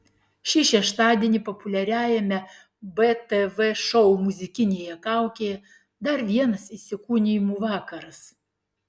šį šeštadienį populiariajame btv šou muzikinėje kaukėje dar vienas įsikūnijimų vakaras